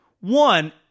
one